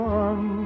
one